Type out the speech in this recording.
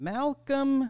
Malcolm